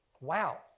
Wow